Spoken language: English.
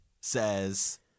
says